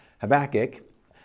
Habakkuk